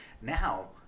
Now